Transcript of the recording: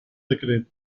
decret